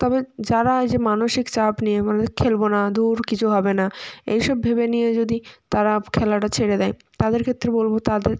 তবে যারা এই যে মানসিক চাপ নিয়ে বলে খেলবো না ধুর কিছু হবে না এই সব ভেবে নিয়ে যদি তারা খেলাটা ছেড়ে দেয় তাদের ক্ষেত্রে বলবো তাদের